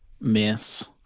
miss